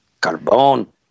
Carbon